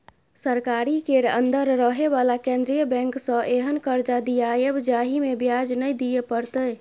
सरकारी केर अंदर रहे बला केंद्रीय बैंक सँ एहेन कर्जा दियाएब जाहिमे ब्याज नै दिए परतै